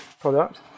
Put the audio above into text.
product